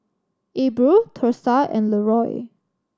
Abril Thursa and Leroy